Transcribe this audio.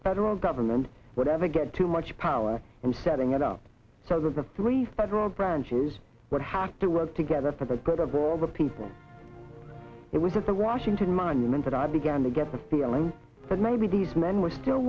federal government would ever get too much power from setting it up so that the three federal branches would have to work together for the people it was at the washington monument that i began to get the feeling that maybe these men were still